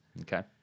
Okay